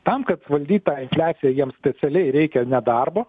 tam kad valdyt tą infliaciją jiems specialiai reikia nedarbo